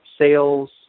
sales